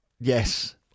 Yes